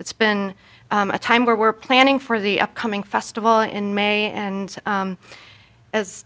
it's been a time where we're planning for the upcoming festival in may and